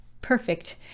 perfect